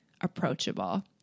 approachable